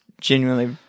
genuinely